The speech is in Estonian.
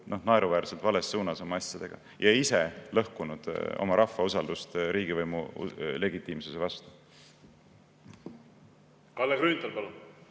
naeruväärselt vales suunas oma asjadega ja ise lõhkunud oma rahva usaldust riigivõimu legitiimsuse vastu. Kalle Grünthal, palun!